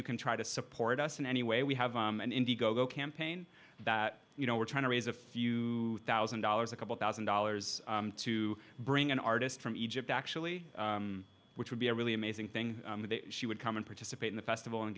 you can try to support us in any way we have an indie go go campaign that you know we're trying to raise a few thousand dollars a couple thousand dollars to bring an artist from egypt actually which would be a really amazing thing she would come and participate in the festival and